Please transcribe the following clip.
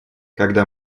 когда